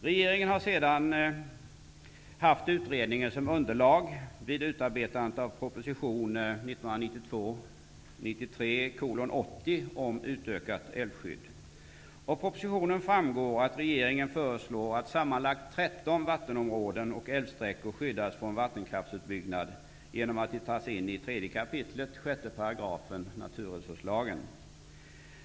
Regeringen har sedan haft utredningen som underlag vid utarbetandet av proposition 1992/93:80 om utökat älvskydd. Av propositionen framgår att regeringen föreslår att sammanlagt 13 vattenområden och älvsträckor skyddas från vattenkraftsutbyggnad genom att de tas in i 3 kap. 6 § naturresurslagen.